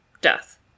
death